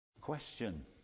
question